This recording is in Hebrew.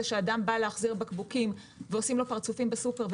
שאדם בא להחזיר בקבוקים ועושים לו פרצופים בסופרמרקט,